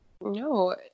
No